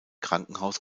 krankenhaus